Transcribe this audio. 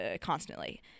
constantly